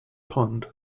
pond